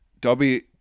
Dobby